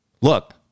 look